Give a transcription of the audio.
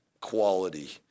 quality